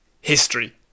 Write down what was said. history